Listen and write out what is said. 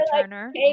Turner